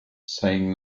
saying